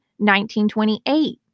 1928